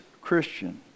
christian